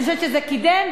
אני חושבת שזה קידם,